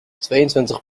tweeëntwintig